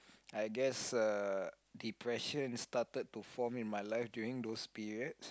I guess uh depression started to form in my life during those period